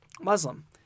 Muslim